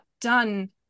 done